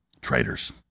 Traitors